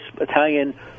Italian